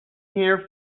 here